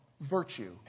virtue